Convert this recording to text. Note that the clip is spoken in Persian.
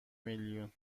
میلیون